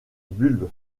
bulbes